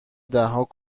دهها